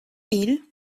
île